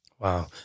Wow